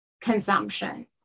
consumption